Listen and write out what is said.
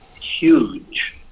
huge